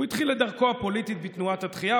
הוא התחיל את דרכו הפוליטית בתנועת התחיה,